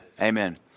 Amen